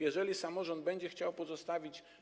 Jeżeli samorząd będzie chciał pozostawić.